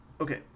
okay